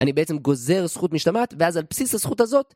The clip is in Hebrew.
אני בעצם גוזר זכות משבת, ואז על בסיס הזכות הזאת...